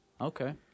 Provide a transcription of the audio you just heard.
Okay